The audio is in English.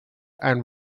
and